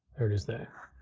there it is there.